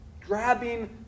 Grabbing